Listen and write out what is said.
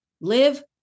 live